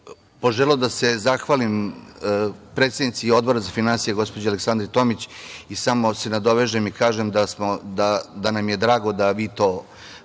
poželeo da se zahvalim predsednici Odbora za finansije, gospođi Aleksandri Tomić. Samo da se nadovežem i kažem da nam je drago da